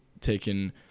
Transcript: taken